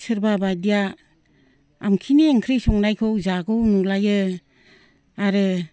सोरबाबा गैया आमखिनि ओंख्रि संनायखौ जागौ नुलायो आरो